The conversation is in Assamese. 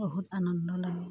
বহুত আনন্দ লাগে